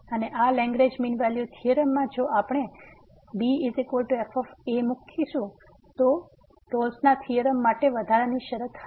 અને આ Lagrange mean value થીયોરમમાં જો આપણે f મૂકીશુંજે રોલ્સના થીયોરમ માટે વધારાની શરત હતી